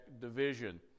division